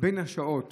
בין השעות